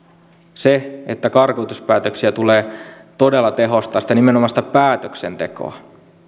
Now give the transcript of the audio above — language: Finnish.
se että karkotuspäätöksiä tulee todella tehostaa nimenomaan sitä päätöksentekoa